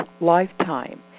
lifetime